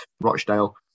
Rochdale